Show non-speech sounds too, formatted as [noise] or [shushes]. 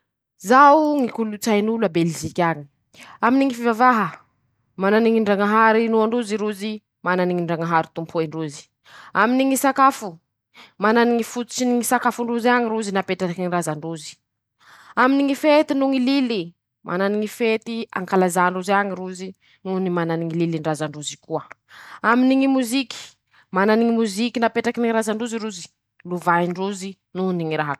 Zao ñy kolotsain'olo a beliziky [shushes] añy: -Aminy ñy fivavaha ,manany ñy ndrañahary inoandrozy rozy ,manany ñy ndrañahary tompoen-drozy ;aminy ñy sakafo ,manany ñy fototsiny ñy sakafon-drozy añy rozy napetrakiny ñy razan-drozy ;aminy ñy fety noho ñy lily ,manany ñy fety ankalazàn-drozy añy rozy noho mana ñy lilin-drazan-drozy koa ;aminy ñy moziky ,manany ñy moziky napetrakiny ñy razan-drozy rozy ,lovain-drozy [shushes] noho ñy rah.